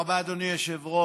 תודה רבה, אדוני היושב-ראש.